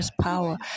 power